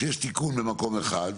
כשיש תיקון במקום אחד,